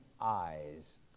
eyes